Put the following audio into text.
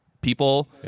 People